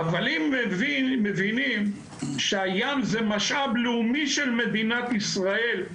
אבל אם מבינים שהים זה משאב לאומי של מדינת ישראל,